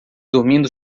dormindo